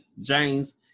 James